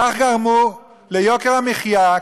כך גרמו ליוקר המחיה,